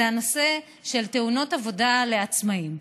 זה הנושא של תאונות עבודה לעצמאים.